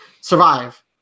survive